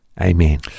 Amen